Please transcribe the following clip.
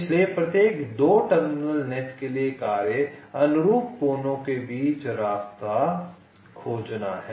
इसलिए प्रत्येक 2 terminal net के लिए कार्य अनुरूप कोनों के बीच का रास्ता खोजना है